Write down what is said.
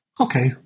Okay